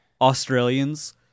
Australians